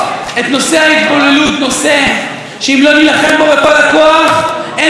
נושא שאם לא נילחם בו בכל הכוח אין זכות קיום לעם היהודי.